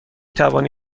توانی